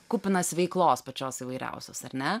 kupinas veiklos pačios įvairiausios ar ne